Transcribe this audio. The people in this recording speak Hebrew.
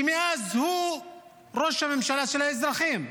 שמאז הוא ראש הממשלה של האזרחים,